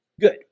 Good